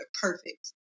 Perfect